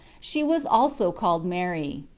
she was also called mary.